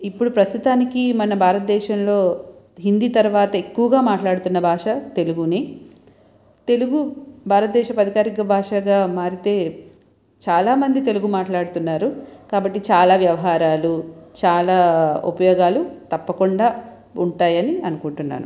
ఇప్పుడు ప్రస్తుతానికి మన భారతదేశంలో హిందీ తరువాత ఎక్కువగా మాట్లాడుతున్న భాష తెలుగునే తెలుగు భారతదేశపు అధికారిక భాషగా మారితే చాలా మంది తెలుగు మాట్లాడుతున్నారు కాబట్టి చాలా వ్యవహారాలు చాలా ఉపయోగాలు తప్పకుండా ఉంటాయని అనుకుంటున్నాను